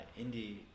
indie